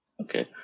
Okay